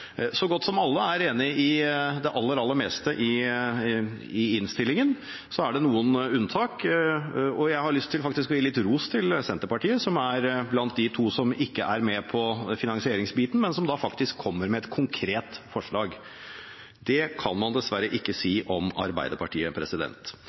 Så godt som alle er enig i det aller, aller meste i innstillingen. Og så er det noen unntak, og jeg har faktisk lyst til å gi litt ros til Senterpartiet, som er blant de to som ikke er med på finansieringsbiten, men som faktisk kommer med et konkret forslag. Det kan man dessverre ikke